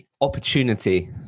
opportunity